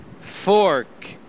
fork